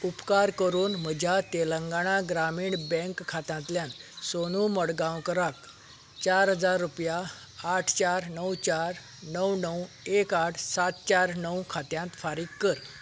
उपकार करून म्हज्या तेलंगाणा ग्रामीण बँक खात्यांतल्यान सोनू मडगांवकाराक चार हजार रुपाय रुपया आठ चार णव चार णव णव एक आठ सात चार णव खात्यांत फारीक कर